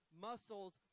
muscles